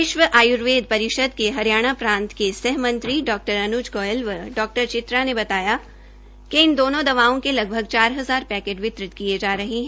विश्व आयुर्वेद परिषद के हरियाणा प्रांत के सह मंत्री डॉ अन् गोयल व डॉ चित्रा ने बताया कि इन दोनों दवाओं के लगभग चार हजार पैकेट वितरित किये जा रहे है